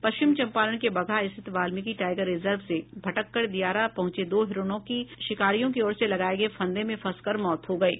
पश्चिम चम्पारण के बगहा स्थित Valmiki tiger reserve से भटककर दियारा पहुंचे दो हिरणों की शिकारियों की ओर से लगाये गये फंदे में फंसकर मौत हो गयी